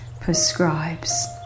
prescribes